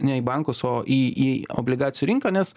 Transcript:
ne į bankus o į į obligacijų rinką nes